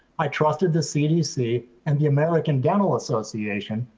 i trusted the cdc and the american dental association,